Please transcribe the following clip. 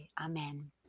amen